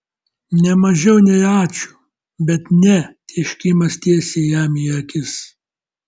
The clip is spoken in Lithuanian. ne mažiau nei ačiū bet ne tėškimas tiesiai jam į akis